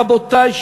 רבותי,